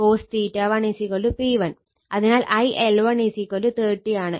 അതിനാൽ IL1 30 ആണ്